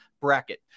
bracket